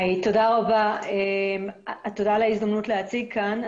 תודה על ההזדמנות להציג כאן.